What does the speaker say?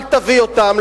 אל תביא אותם,